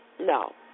No